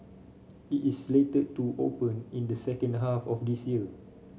it is slated to open in the second half of this year